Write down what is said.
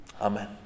Amen